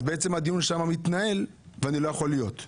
אז הדיון שם מתנהל ואני לא יכול להיות.